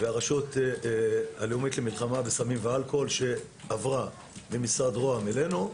והרשות הלאומית למלחמה בסמים ואלכוהול שעברה ממשרד ראש הממשלה אלינו.